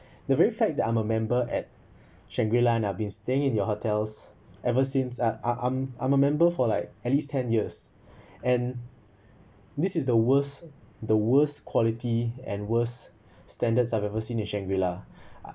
the very fact that I'm a member at Shangri-la and I have been staying in your hotel's ever since uh I'm I'm a member for like at least ten years and this is the worst the worst quality and worse standards I've ever seen in shangri la